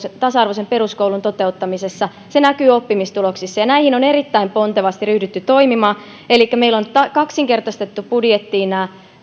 tasa arvoisen peruskoulun toteuttamisessa se näkyy oppimistuloksissa ja näihin vastaamiseksi on erittäin pontevasti ryhdytty toimimaan elikkä meillä on kaksinkertaistettu budjettiin